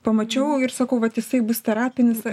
pamačiau ir sakau vat jisai bus terapinis